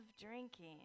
drinking